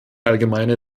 allgemeine